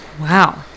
Wow